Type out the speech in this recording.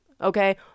okay